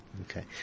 Okay